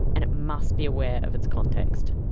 and it must be aware of its context.